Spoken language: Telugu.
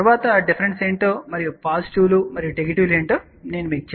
తరువాత డిఫరెన్సెస్ ఏమిటో మరియు పాజిటివ్ లు మరియు నెగిటివ్ లు ఏమిటో మీకు తెలియజేస్తాము